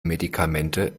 medikamente